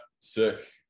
sick